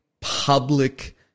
public